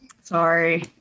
sorry